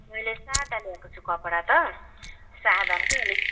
मैले सादा ल्याएको छु कपडा त सादामा अलिक